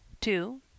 Two